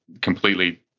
completely